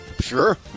Sure